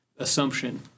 assumption